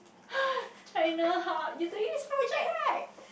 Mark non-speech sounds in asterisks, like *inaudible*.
*breath* China how you doing spot check right